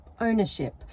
ownership